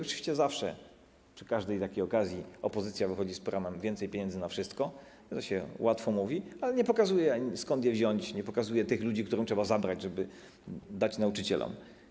Oczywiście zawsze przy każdej takiej okazji opozycja wychodzi z programem: więcej pieniędzy na wszystko, to się łatwo mówi, ale nie pokazuje się, skąd je wziąć, nie pokazuje ludzi, którym trzeba zabrać, żeby dać nauczycielom.